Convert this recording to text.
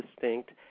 distinct